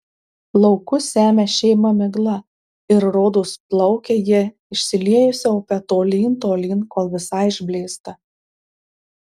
laukus semia šėma migla ir rodos plaukia jie išsiliejusia upe tolyn tolyn kol visai išblėsta